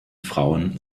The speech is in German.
frauen